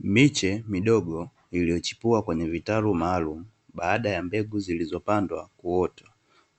Miche midogo iliyochipua kwenye vitalu maalumu baada ya mbegu zilizopandwa kuota,